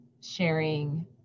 sharing